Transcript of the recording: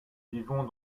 vivons